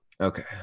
Okay